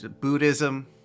Buddhism